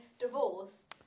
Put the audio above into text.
divorce